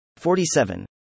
47